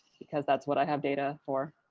because that's what i have data for.